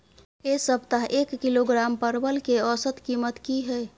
ऐ सप्ताह एक किलोग्राम परवल के औसत कीमत कि हय?